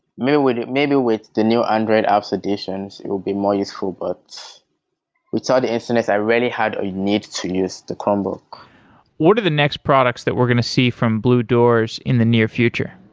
maybe with maybe with the new android apps additions, it will be more useful, but without ah the internet i really had a need to use the chromebook what are the next products that we're going to see from bludoors in the near future?